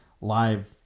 live